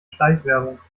schleichwerbung